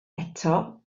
eto